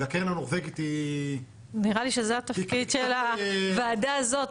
והקרן הנורבגית --- נראה לי שזה התפקיד של הוועדה הזאת,